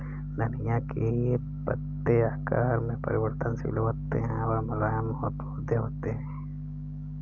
धनिया के पत्ते आकार में परिवर्तनशील होते हैं और मुलायम पौधे होते हैं